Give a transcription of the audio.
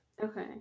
okay